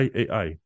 ai